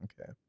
okay